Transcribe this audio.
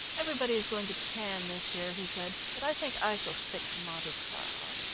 everybody is going to cannes this year, he said, but i think i shall stick to monte carlo.